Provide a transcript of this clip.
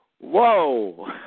Whoa